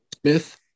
Smith